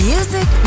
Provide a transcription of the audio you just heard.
Music